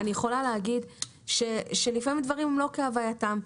אני יכולה להגיד שלפעמים הדברים הם לא כהווייתם.